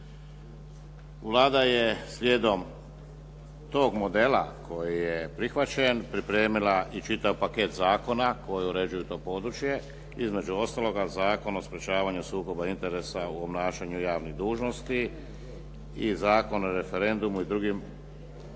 Vlada je slijedom toga modela koji je prihvaćen pripremila i čitav paket zakona koji uređuju to područje, između ostaloga Zakon o sprječavanju sukoba interesa u obnašanju javnih dužnosti i Zakon o referendumu i drugim oblicima